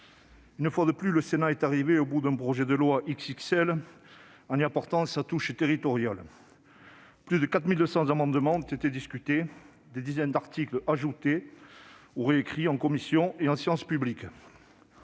une fois de plus, le Sénat est arrivé au bout d'un projet de loi « XXL » en y apportant sa touche territoriale. Plus de 4 200 amendements ont été discutés, des dizaines d'articles ont été ajoutés ou réécrits, en commission et en séance publique.